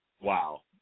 Wow